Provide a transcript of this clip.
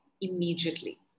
immediately